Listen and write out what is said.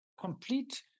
complete